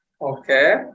okay